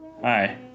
Hi